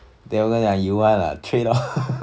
then~ you want ah trade lor